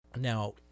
Now